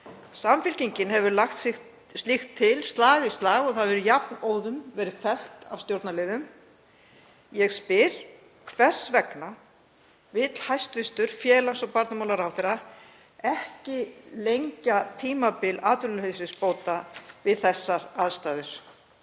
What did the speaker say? Samfylkingin hefur lagt slíkt til slag í slag og það hefur jafnóðum verið fellt af stjórnarliðum. Ég spyr: Hvers vegna vill hæstv. félags- og barnamálaráðherra ekki lengja tímabil atvinnuleysisbóta við þessar aðstæður?